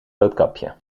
roodkapje